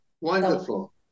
Wonderful